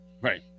Right